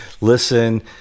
listen